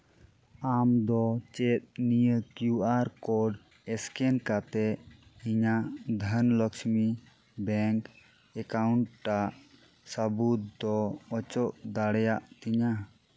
ᱟᱢ ᱫᱚ ᱪᱮᱫ ᱱᱤᱭᱟᱹ ᱠᱤᱭᱩ ᱟᱨ ᱠᱳᱰ ᱥᱠᱮᱱ ᱠᱟᱛᱮᱫ ᱤᱧᱟᱹᱜ ᱫᱷᱚᱱᱞᱚᱠᱷᱥᱢᱤ ᱵᱮᱝᱠ ᱮᱠᱟᱣᱩᱱᱴᱟᱜ ᱥᱟᱹᱵᱩᱫ ᱫᱚ ᱚᱪᱚᱜ ᱫᱟᱲᱮᱭᱟᱜ ᱛᱤᱧᱟᱹ